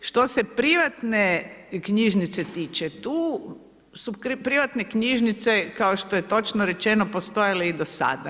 Što se privatne knjižnice tiče, tu su privatne knjižnice, kao što je točno rečeno postojale i do sada.